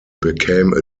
became